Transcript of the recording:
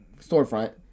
storefront